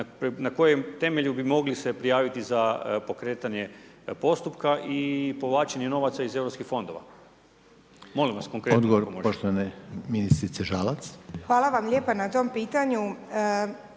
na kojem temelju bi mogli se prijaviti za pokretanje postupka i povlačenje novaca iz europskih fondova. **Reiner, Željko (HDZ)** Odgovor poštovane ministrice Žalac. **Žalac, Gabrijela (HDZ)** Hvala